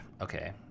okay